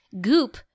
Goop